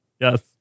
Yes